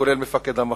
כולל מפקד המחוז,